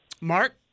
Mark